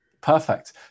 perfect